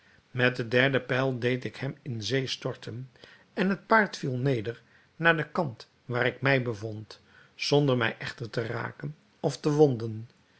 met den derden pijl deed ik hem in zee storten en het paard viel neder naar den kant waar ik mij bevond zonder mij echter te raken of te wonden